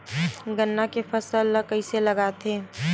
गन्ना के फसल ल कइसे लगाथे?